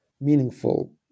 meaningful